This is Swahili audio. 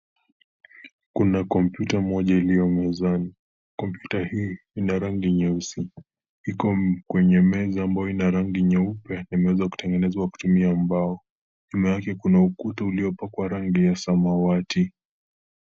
Kuna kompyuta moja iliyo mezani, kompyuta hii ina rangi nyeusi, iko kwenye meza ambayo ina rangi nyeupe na imeweza kutengenezwa kutumia mbao, nyuma yake kuna ukuta uliopakwa rangi ya samawati.